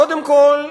קודם כול,